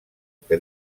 que